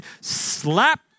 slap